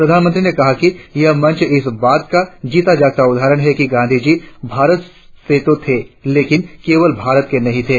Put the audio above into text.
प्रधानमंत्री ने कहा कि यह मंच इस बात का जीता जागता उदाहरण है कि गांधीजी भारत से तो थे लेकिन केवल भारत के नहीं थे